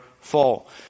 fall